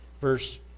verse